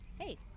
Hey